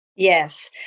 Yes